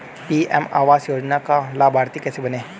PM आवास योजना का लाभर्ती कैसे बनें?